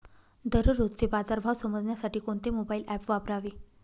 दररोजचे बाजार भाव समजण्यासाठी कोणते मोबाईल ॲप वापरावे?